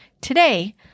Today